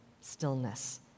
stillness